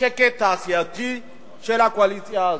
שקט תעשייתי של הקואליציה הזאת,